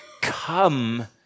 come